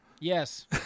yes